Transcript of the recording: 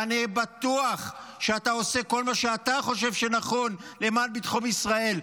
ואני בטוח שאתה עושה כל מה שאתה חושב שנכון למען ביטחון ישראל.